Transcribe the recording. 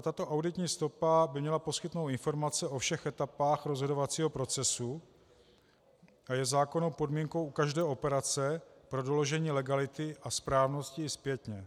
Tato auditní stopa by měla poskytnout informace o všech etapách rozhodovacího procesu a je zákonnou podmínkou u každé operace pro doložení legality a správnosti i zpětně.